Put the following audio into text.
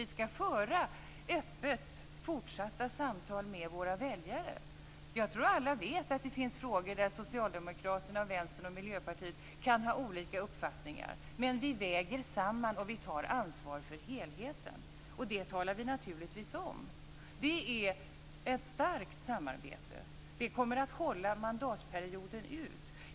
Vi skall öppet föra fortsatta samtal med våra väljare. Jag tror att alla vet att det finns frågor där Socialdemokraterna, Vänstern och Miljöpartiet kan ha olika uppfattningar men vi väger samman och tar ansvar för helheten. Det talar vi naturligtvis om. Det är alltså ett starkt samarbete, och det kommer att hålla mandatperioden ut.